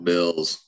Bills